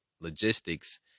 logistics